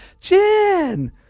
Jen